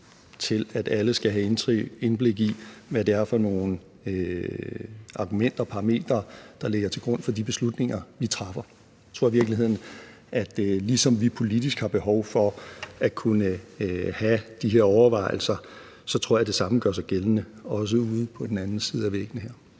til, at alle skal have et indblik i, hvad det er for nogle argumenter og parametre, der ligger til grund for de beslutninger, de træffer. Jeg tror i virkeligheden, at ligesom vi politisk har behov for at kunne have de her overvejelser, gør det samme sig gældende ude på den anden side af væggene her.